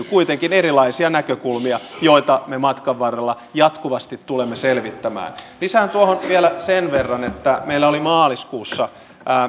kuitenkin erilaisia näkökulmia joita me matkan varrella jatkuvasti tulemme selvittämään lisään tuohon vielä sen verran että meillä oli maaliskuussa